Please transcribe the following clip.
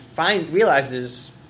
realizes